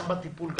גם בטיפול,